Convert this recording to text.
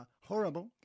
horrible